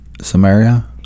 Samaria